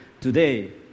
today